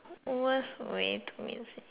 way to meet the sig~